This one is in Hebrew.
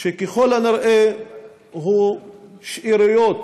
שככל הנראה הוא שאריות